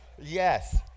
Yes